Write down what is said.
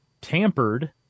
tampered